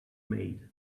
made